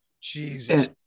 Jesus